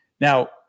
Now